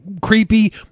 creepy